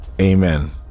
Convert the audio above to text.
Amen